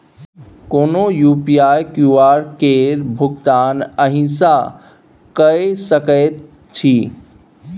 कोनो UPI QR केर भुगतान एहिसँ कए सकैत छी